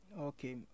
Okay